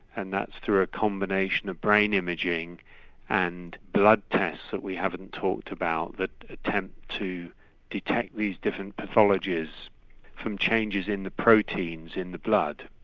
and that's through a combination of brain imaging and blood tests that we haven't talked about that attempt to detect these different pathologies from changes in the proteins in the blood.